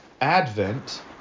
Advent